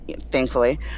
thankfully